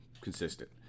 consistent